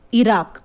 Iraq